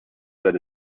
said